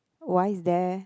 why is there